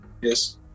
Yes